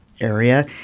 area